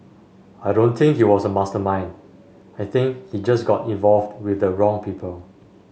I don't think he was a mastermind I think he just got involved with the wrong people